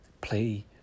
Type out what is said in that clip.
play